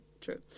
true